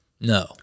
No